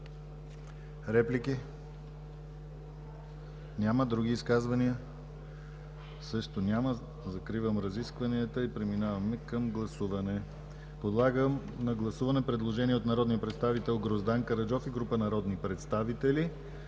Реплики? Няма. Други изказвания? Няма. Закривам разискванията и преминаваме към гласуване. Подлагам на гласуване предложението на Гроздан Караджов и група народни представители,